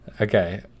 Okay